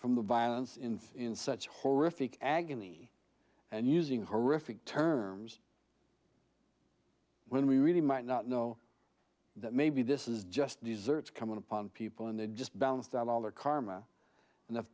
from the violence in in such horrific agony and using horrific terms when we really might not know that maybe this is just desserts coming upon people and they just balanced out all their karma